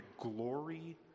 glory